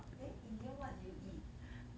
then in the end what did you eat